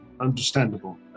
understandable